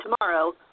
Tomorrow